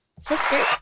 sister